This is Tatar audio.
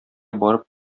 барып